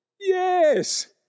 Yes